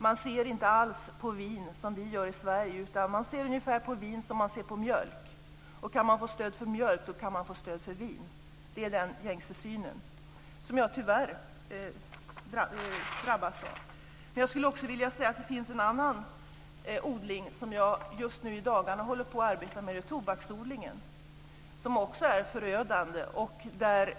Man ser inte alls på vin som vi gör i Sverige, utan man ser på vin ungefär som man ser på mjölk, och kan man få stöd för mjölkproduktion, då kan man få stöd för vinproduktion, det är den gängse synen som jag tyvärr möter. Det finns en annan produktion som jag i dagarna håller på att arbeta med, och det är tobaksodlingen som också är förödande.